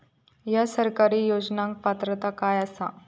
हया सरकारी योजनाक पात्रता काय आसा?